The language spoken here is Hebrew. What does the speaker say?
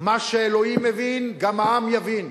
מה שאלוהים מבין גם העם יבין.